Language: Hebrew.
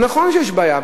נכון שיש בעיה,